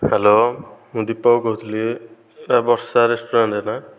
hello ମୁଁ ଦୀପକ କହୁଥିଲି ଏହିଟା ବର୍ଷା ରେଷ୍ଟୁରାଣ୍ଟ ନା